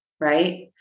right